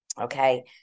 Okay